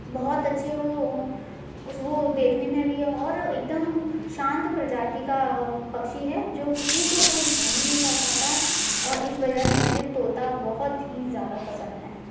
बहोत अच्छे वो वो देखने में भी औ और एकदम शांत प्रजाति का पक्षी है जो किसी को कोई हानि नहीं पहुँचाता और इस वज़ह से मुझे तोता बहोत ही ज़्यादा पसंद है